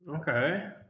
okay